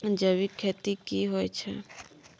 जैविक खेती की होए छै?